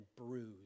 bruised